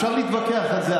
אפשר להתווכח על זה,